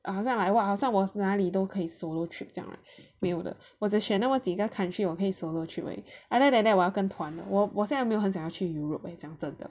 ah 好像 like what ah 好像哪里都可以 solo trip 这样 right 没有的我只选那么几个 countries 我可以 solo trip 而已 other than that 我要跟团的我我现在没有很想要去 Europe 讲真的